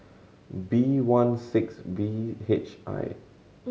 B one six V H I